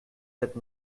cette